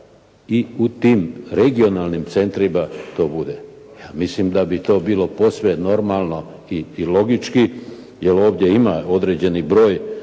i u tim regionalnim centrima to bude. Mislim da bi to bilo posve normalno i logički jer ovdje ima određeni broj